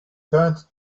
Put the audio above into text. turned